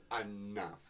enough